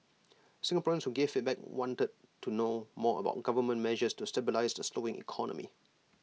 Singaporeans who gave feedback wanted to know more about government measures to stabilise the slowing economy